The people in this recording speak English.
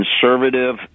conservative